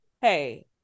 Hey